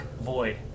void